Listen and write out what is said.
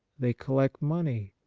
they collect money,